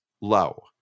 low